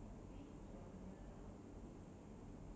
they never specify is it like the timing